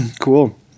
Cool